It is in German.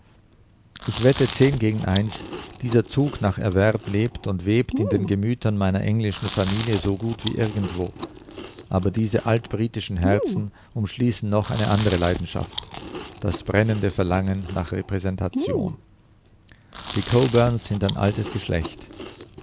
ich wette zehn gegen eins dieser zug nach erwerb lebt und webt in den gemütern meiner englischen familie so gut wie irgendwo aber diese altbritischen herzen umschließen noch eine andere leidenschaft das brennende verlangen nach repräsentation die colburns sind ein altes geschlecht